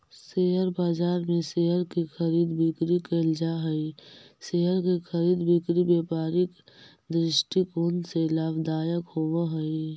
share बाजार में share की खरीद बिक्री कैल जा हइ शेयर के खरीद बिक्री व्यापारिक दृष्टिकोण से लाभदायक होवऽ हइ